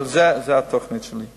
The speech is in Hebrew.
אבל זו התוכנית שלי.